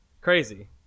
Crazy